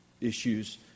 issues